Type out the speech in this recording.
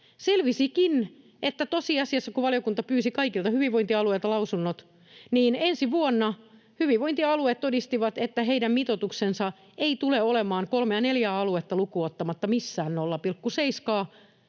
Selvisikin tosiasiassa, kun valiokunta pyysi kaikilta hyvinvointialueilta lausunnot, että hyvinvointialueet todistivat, että ensi vuonna heidän mitoituksensa ei tule olemaan kolmea neljää aluetta lukuun ottamatta missään 0,7:ää,